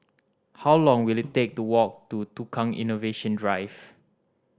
how long will it take to walk to Tukang Innovation Drive